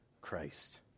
Christ